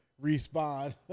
respond